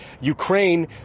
Ukraine